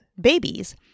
babies